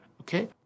Okay